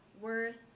worth